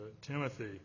Timothy